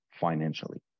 financially